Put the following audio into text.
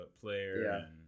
player